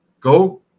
go